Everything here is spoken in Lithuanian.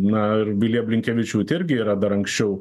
na ir vilija blinkevičiūtė irgi yra dar anksčiau